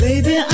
Baby